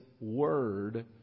Word